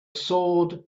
sword